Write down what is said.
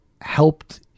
helped